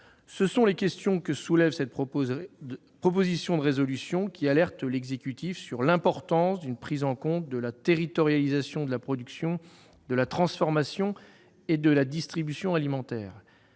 Ce sont les questions que soulève cette proposition de résolution, qui vise à alerter l'exécutif « sur l'importance d'une prise en compte de la territorialisation de la production, de la transformation et de la distribution alimentaires